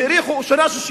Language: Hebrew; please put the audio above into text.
והאריכו לשנה שישית.